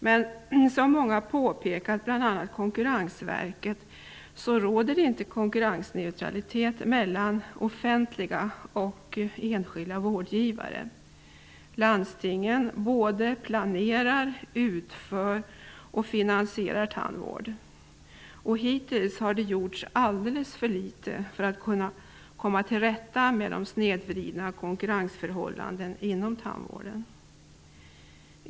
Men som många påpekat, bl.a. Konkurrensverket, råder det inte konkurrensneutralitet mellan offentliga och enskilda vårdgivare. Landstingen både planerar, utför och finansierar tandvård. Hittills har det gjorts alldeles för litet för att komma till rätta med de snedvridna konkurrensförhållandena inom tandvården.